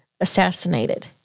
assassinated